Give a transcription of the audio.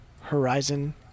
Horizon